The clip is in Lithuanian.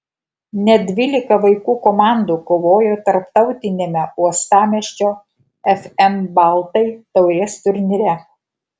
net dvylika vaikų komandų kovojo tarptautiniame uostamiesčio fm baltai taurės turnyre